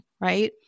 right